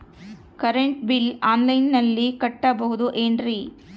Current bill ಆನ್ಲೈನಿನಲ್ಲಿ ಕಟ್ಟಬಹುದು ಏನ್ರಿ?